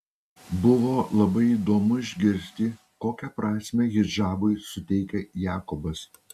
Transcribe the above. buvo labai įdomu išgirsti kokią prasmę hidžabui suteikia jakobas